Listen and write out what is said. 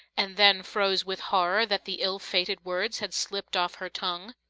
and then froze with horror that the ill-fated words had slipped off her tongue.